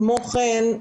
כמו כן,